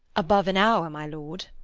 above an hour, my lord.